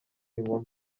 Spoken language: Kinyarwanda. inkumi